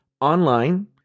online